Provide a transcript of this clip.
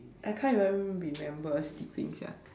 I can't even remember sleeping sia